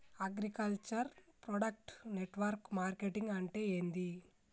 Agriculture product network marketing అంటే ఏంది?